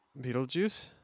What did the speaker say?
Beetlejuice